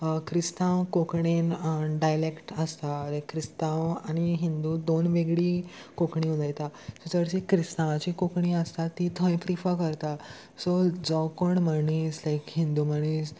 क्रिस्तांव कोंकणीन डायलॅक्ट आसता लायक क्रिस्तांव आनी हिंदू दोन वेगळी कोंकणी उलयता सो चडशी क्रिस्तांवाची कोंकणी आसता ती थंय प्रिफर करता सो जो कोण मनीस लायक हिंदू मनीस